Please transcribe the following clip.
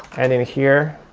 and in here,